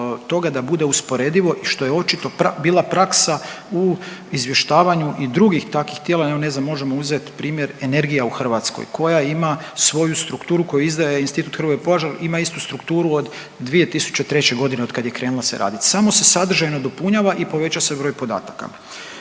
da bude usporedivo što je očito bila praksa u izvještavanju i drugih takvih tijela. Evo ne znam možemo uzeti primjer energija u Hrvatskoj koja ima svoju strukturu koju izdaje Institut Hrvoje Požar ima istu strukturu od 2003.g. od kad je krenula se radi, samo se sadržajno dopunjava i poveća se broj podataka.